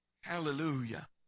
hallelujah